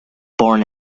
born